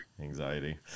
anxiety